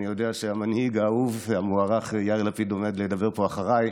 אני יודע שהמנהיג האהוב והמוערך יאיר לפיד עומד לדבר פה אחריי.